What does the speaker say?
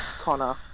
Connor